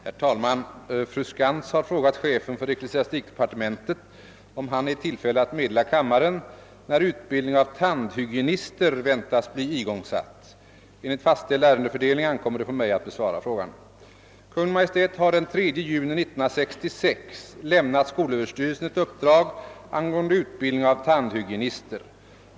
Herr talman! Fru Skantz har frågat chefen för ecklesiastikdepartementet om han är i tillfälle att meddela kammaren när utbildning av tandhygienister väntas bli igångsatt. Enligt fastställd ärendefördelning ankommer det på mig att besvara frågan. Kungl. Maj:t har den 3 juni 1966 lämnat skolöverstyrelsen ett uppdrag angående utbildning av tandhygienister.